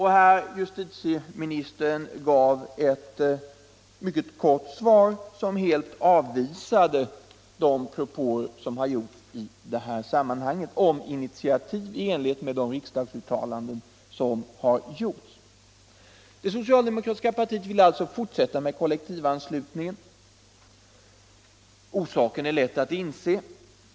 Herr justitieministern gav ett mycket kort svar, som helt avvisade propåerna om initiativ i enlighet med de riksdagsuttalanden som har gjorts. Det socialdemokratiska partiet vill fortsätta med kollektivanslutningen. Orsaken är lätt att inse.